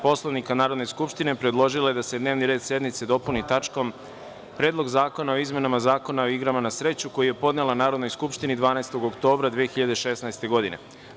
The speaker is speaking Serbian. Poslovnika Narodne skupštine predložila je da se dnevni red sednice dopuni tačkom – Predlog zakona o izmenama Zakona o igrama na sreću, koji je podnela Narodnoj skupštini 12. oktobra 2016. godine.